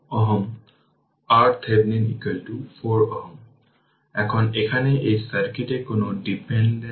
KVL প্রয়োগ করার সময় আমাদের v x t vLt 0 ছিল এখন এখানে সার্কিটে KVL প্রয়োগ করুন